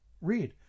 read